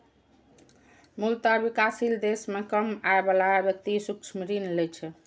मूलतः विकासशील देश मे कम आय बला व्यक्ति सूक्ष्म ऋण लै छै